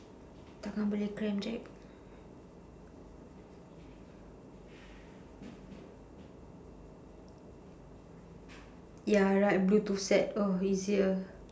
tangan boleh cramp jack ya right bluetooth set oh easier